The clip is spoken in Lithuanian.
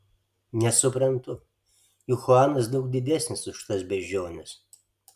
nesuprantu juk chuanas daug didesnis už tas beždžiones